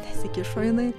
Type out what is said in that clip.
nesikišo jinai